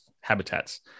habitats